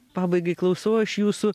pabaigai klausau aš jūsų